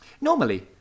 Normally